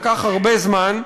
לקח הרבה זמן.